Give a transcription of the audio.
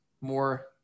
more